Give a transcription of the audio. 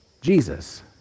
Jesus